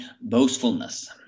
boastfulness